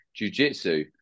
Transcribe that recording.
jujitsu